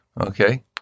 Okay